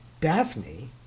Daphne